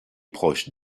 proches